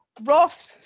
Ross